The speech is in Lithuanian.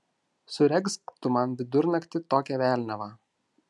suregzk tu man vidurnaktį tokią velniavą